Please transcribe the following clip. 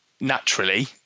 naturally